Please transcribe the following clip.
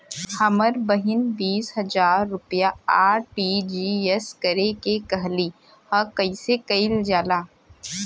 हमर बहिन बीस हजार रुपया आर.टी.जी.एस करे के कहली ह कईसे कईल जाला?